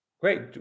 great